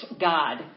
God